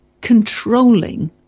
controlling